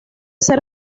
ser